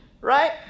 right